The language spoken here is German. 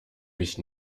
mich